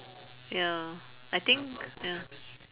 ya I think ya